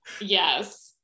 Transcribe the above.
yes